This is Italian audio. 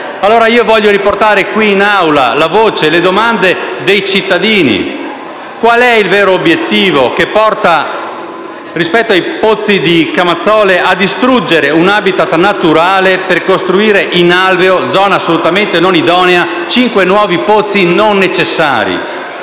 Voglio dunque riportare qui in Assemblea la voce e le domande dei cittadini. Qual è il vero obiettivo che porta, rispetto ai pozzi di Camazzole, a distruggere un *habitat* naturale per costruire in alveo (zona assolutamente non idonea) cinque nuovi pozzi non necessari?